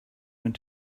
went